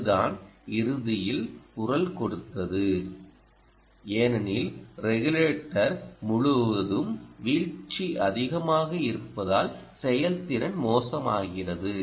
அதுதான் இறுதியில் குரல் கொடுத்தது ஏனெனில் ரெகுலேட்டர் முழுவதும் வீழ்ச்சி அதிகமாக இருப்பதால் செயல்திறன் மோசமாகிறது